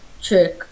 check